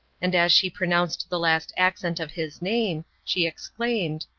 and as she pronounced the last accent of his name, she exclaimed,